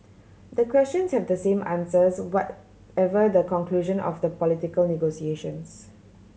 the questions have the same answers whatever the conclusion of the political negotiations